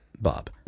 Bob